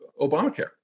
Obamacare